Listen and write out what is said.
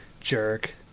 jerk